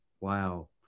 Wow